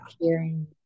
hearing